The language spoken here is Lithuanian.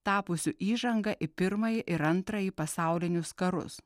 tapusiu įžanga į pirmąjį ir antrąjį pasaulinius karus